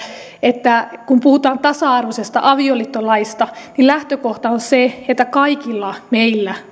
että kun puhutaan tasa arvoisesta avioliittolaista niin lähtökohta on se että kaikilla meillä